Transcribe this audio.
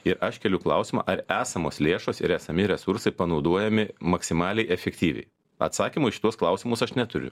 ir aš keliu klausimą ar esamos lėšos ir esami resursai panaudojami maksimaliai efektyviai atsakymų į šituos klausimus aš neturiu